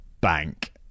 bank